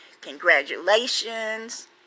congratulations